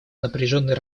напряженной